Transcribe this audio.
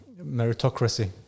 meritocracy